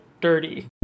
dirty